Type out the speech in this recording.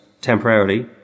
temporarily